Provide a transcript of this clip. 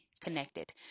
connected